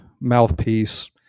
mouthpiece